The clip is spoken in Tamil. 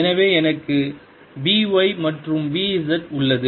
எனவே எனக்கு B y மற்றும் B z உள்ளது